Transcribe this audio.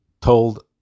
told